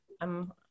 I'm-